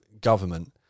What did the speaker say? government